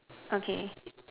okay